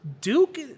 Duke